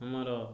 ମୋର